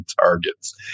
targets